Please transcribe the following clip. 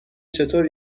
چطور